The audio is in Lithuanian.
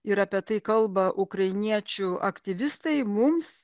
ir apie tai kalba ukrainiečių aktyvistai mums